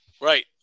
Right